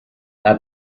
not